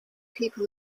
people